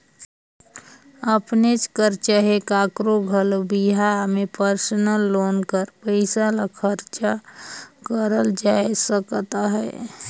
अपनेच कर चहे काकरो घलो बिहा में परसनल लोन कर पइसा ल खरचा करल जाए सकत अहे